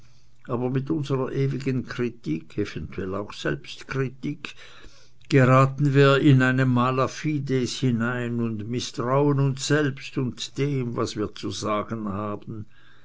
aber mit unserer ewigen kritik eventuell auch selbstkritik geraten wir in eine mala fides hinein und mißtrauen uns selbst und dem was wir zu sagen haben